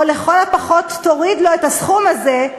או לכל הפחות תוריד לו את הסכום הזה,